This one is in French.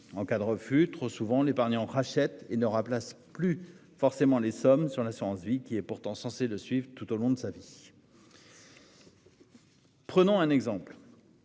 en cas de refus trop souvent l'épargnant rachète et ne remplace plus forcément les sommes sur l'assurance-vie qui est pourtant censée le suivre tout au long de sa vie. Prenons un exemple.